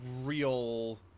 real